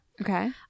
Okay